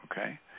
Okay